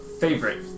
favorite